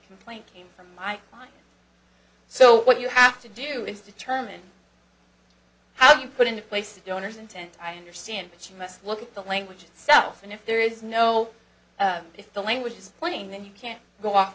complaint came from my mind so what you have to do is determine how you put in place the donor's intent i understand but you must look at the language itself and if there is no if the language is plain then you can't go off